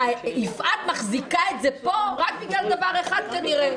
יפעת מחזיקה את זה פה רק בגלל דבר אחד כנראה,